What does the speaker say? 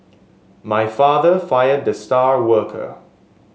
my father fired the star worker